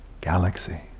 galaxy